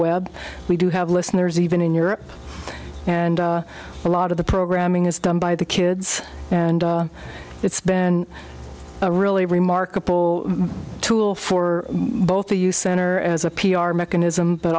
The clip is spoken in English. web we do have listeners even in europe and a lot of the programming is done by the kids and it's been a really remarkable tool for both the use center as a p r mechanism but